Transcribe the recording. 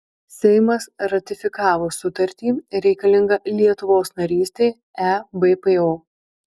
seimas ratifikavo sutartį reikalingą lietuvos narystei ebpo